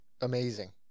Amazing